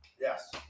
Yes